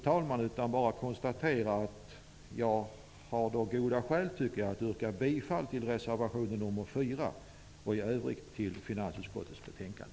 Jag skall bara konstatera att jag har goda skäl att yrka bifall till reservation nr 4. I övrigt yrkar jag bifall till hemställan i finansutskottets betänkande.